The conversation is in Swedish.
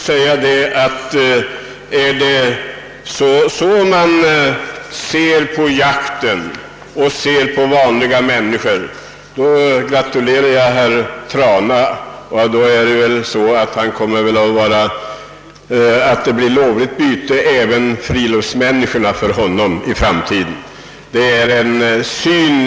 Om herr Trana ser på jakten och på vanliga människor på det sättet, kommer väl även friluftsfolket att bli ett lovligt byte för honom 1 framtiden.